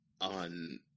on